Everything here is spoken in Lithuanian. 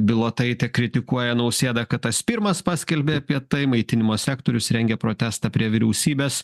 bilotaitė kritikuoja nausėdą kad tas pirmas paskelbė apie tai maitinimo sektorius rengia protestą prie vyriausybės